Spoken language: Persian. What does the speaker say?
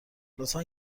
لطفا